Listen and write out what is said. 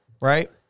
Right